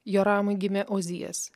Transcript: joramui gimė ozijas